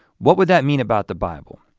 what would that mean about the bible?